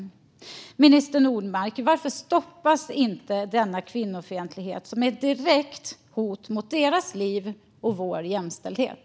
Varför, minister Nordmark, stoppas inte denna kvinnofientlighet, som är ett direkt hot mot kvinnornas liv och vår jämställdhet?